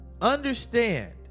understand